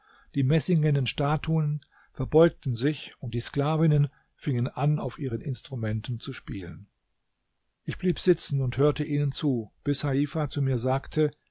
die messingenen statuen verbeugten sich und die sklavinnen fingen an auf ihren instrumenten zu spielen ich blieb sitzen und hörte ihnen zu bis heifa zu mir sagte